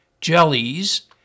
jellies